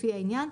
לפי העניין,